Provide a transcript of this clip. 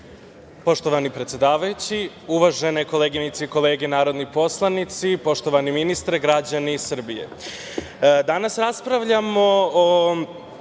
Poštovani predsedavajući, uvažene koleginice i kolege narodni poslanici, poštovani ministre, građani Srbije, danas raspravljamo o